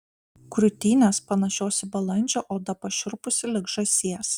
krūtinės panašios į balandžio oda pašiurpusi lyg žąsies